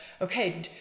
okay